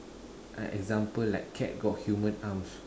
uh example like cat got human arms